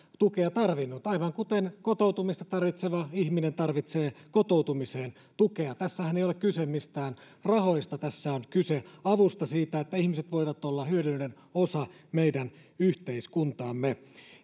tukea tarvinnut aivan kuten kotoutumista tarvitseva ihminen tarvitsee kotoutumiseen tukea tässähän ei ole kyse mistään rahoista tässä on kyse avusta siitä että ihmiset voivat olla hyödyllinen osa meidän yhteiskuntaamme